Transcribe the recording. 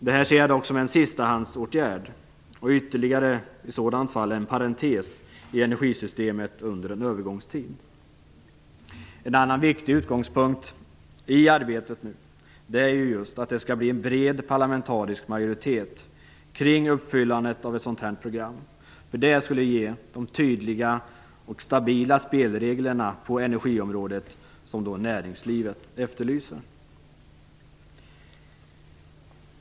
Det ser jag dock som en sistahandsåtgärd och i så fall ytterligare en parentes i energisystemet under en övergångstid. En annan viktig utgångspunkt i arbetet är just att det skall bli en bred parlamentarisk majoritet kring uppfyllandet av ett sådant program. Det skulle ge de tydliga och stabila spelregler på energiområdet som näringslivet efterlyser.